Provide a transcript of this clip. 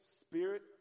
spirit